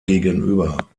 gegenüber